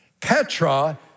Petra